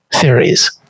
theories